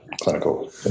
clinical